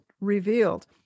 revealed